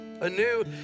anew